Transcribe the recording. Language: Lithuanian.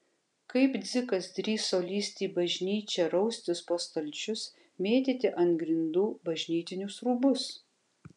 kaip dzikas drįso lįsti į bažnyčią raustis po stalčius mėtyti ant grindų bažnytinius rūbus